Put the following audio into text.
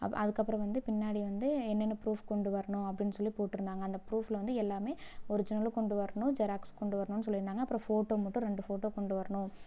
அதுக்கப்புறம் வந்து பின்னாடி வந்து என்னென்ன ஃபுரூப் கொண்டுவரணும் அப்படினு சொல்லிப் போட்டிருந்தாங்க அந்த ஃபுரூப்ல வந்து எல்லாமே ஒரிஜினல் கொண்டுவரணும் ஜெராக்ஸ் கொண்டுவரணும் சொல்லிருந்தாங்க அப்புறம் போட்டோ மட்டும் ரெண்டு போட்டோ கொண்டு வரணும்